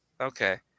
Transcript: Okay